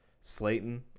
Slayton